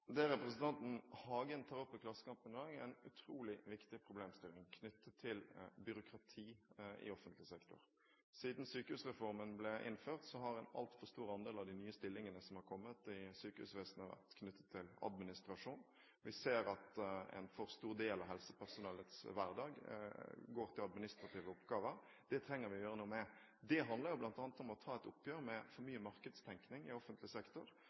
Det representanten Hagen tar opp i Klassekampen i dag, er en utrolig viktig problemstilling knyttet til byråkrati i offentlig sektor. Siden sykehusreformen ble innført, har en altfor stor andel av de nye stillingene som har kommet i sykehusvesenet, vært knyttet til administrasjon. Vi ser at en for stor del av helsepersonellets hverdag går til administrative oppgaver. Det trenger vi å gjøre noe med. Det handler bl.a. om å ta et oppgjør med for mye markedstenkning i offentlig sektor.